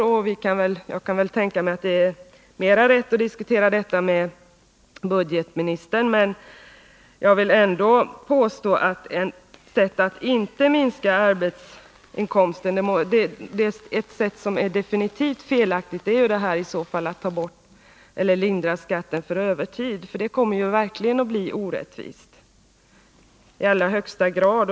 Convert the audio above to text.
Det är väl riktigt att jag egentligen borde diskutera detta med budgetministern, men jag påstår ändå att ett sätt att minska skatten är definitivt felaktigt, nämligen att lindra skatten för övertidsarbete. Det blir i högsta grad orättvist.